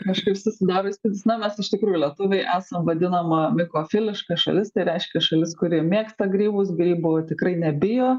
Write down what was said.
kažkaip susidaro įspūdis na mes iš tikrųjų lietuviai esam vadinama mikofiliška šalis tai reiškia šalis kuri mėgsta grybus grybų tikrai nebijo